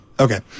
Okay